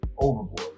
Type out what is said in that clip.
overboard